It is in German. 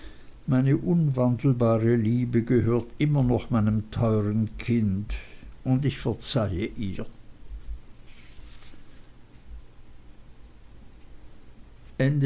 meine unwandelbare liebe gehört immer noch meinem teuern kind und ich verzeihe ihr